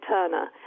Turner